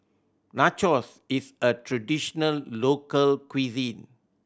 nachos is a traditional local cuisine